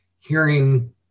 hearing